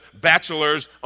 bachelors